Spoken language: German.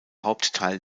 hauptteil